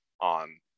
on